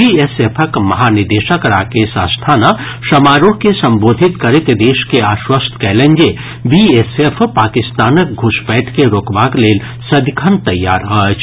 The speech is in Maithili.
बीएसएफक महानिदेशक राकेश अस्थाना समारोह के संबोधित करैत देश के आश्वस्त कयलनि जे बीएसफ पाकिस्तानक घुसपैठ के रोकबाक लेल सदिखन तैयार अछि